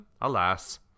alas